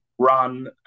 run